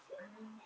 I mean